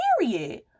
period